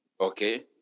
Okay